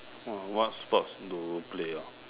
uh what sports do you play ah